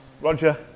Roger